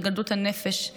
על גדלות הנפש.